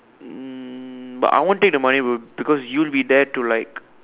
um but I won't take the money bro because you'll be there to like